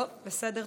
טוב, בסדר.